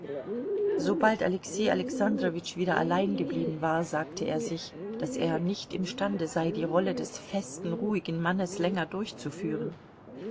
sobald alexei alexandrowitsch wieder allein geblieben war sagte er sich daß er nicht imstande sei die rolle des festen ruhigen mannes länger durchzuführen